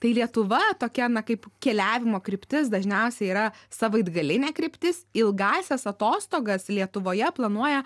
tai lietuva tokia kaip keliavimo kryptis dažniausiai yra savaitgalinė kryptis ilgąsias atostogas lietuvoje planuoja